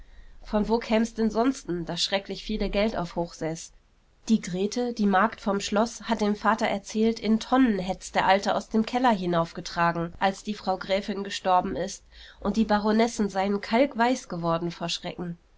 von wo käm's denn sonsten das schrecklich viele geld auf hochseß die grete die magd vom schloß hat dem vater erzählt in tonnen hätt's der alte aus dem keller hinaufgetragen als die frau gräfin gestorben ist und die baronessen seien kalkweiß geworden vor schrecken